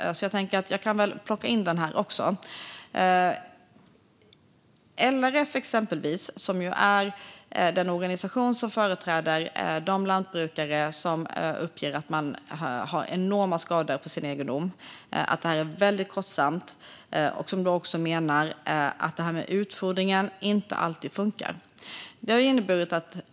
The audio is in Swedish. Jag kan väl plocka in det här också. LRF, som är den organisation som företräder de lantbrukare som uppger att de har enorma skador på sin egendom, menar att detta är väldigt kostsamt och att det här med utfodring inte alltid funkar.